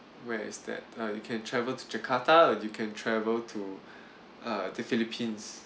where is that uh you can travel to jakarta or you can travel to uh the philippines